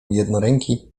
jednoręki